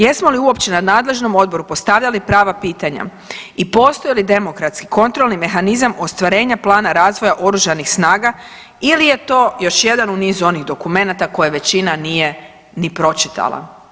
Jesmo li uopće na nadležnom odboru postavljali prava pitanja i postoji li demokratski kontrolni mehanizam ostvarenja plana razvoja Oružanih snaga ili je to još jedan u niz onih dokumenata koje većina nije ni pročitala.